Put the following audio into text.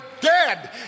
dead